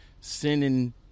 sending